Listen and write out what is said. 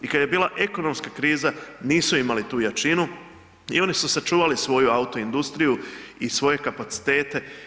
I kada je bila ekonomska kriza nisu imali tu jačinu i oni su sačuvali svoju autoindustriju i svoje kapacitete.